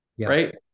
Right